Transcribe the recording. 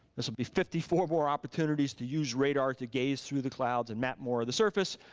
there'll be fifty four more opportunities to use radar to gaze through the clouds and map more of the surface.